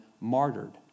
martyred